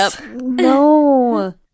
No